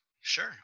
Sure